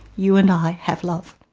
you and i have love.